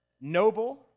noble